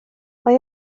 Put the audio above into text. mae